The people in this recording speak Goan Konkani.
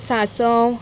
सांसव